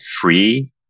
free